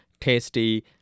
tasty